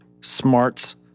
smarts